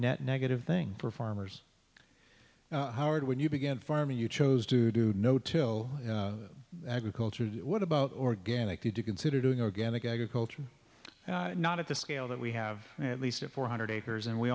net negative thing for farmers howard when you began farming you chose to do no till agriculture what about organic did you consider doing organic agriculture not at the scale that we have at least four hundred acres and we